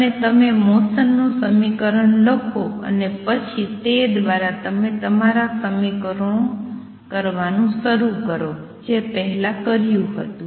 અને તમે મોસન નું સમીકરણ લખો અને પછી તે દ્વારા તમે તમારા સમીકરણો કરવાનું શરૂ કરો જે પહેલાં કર્યું હતું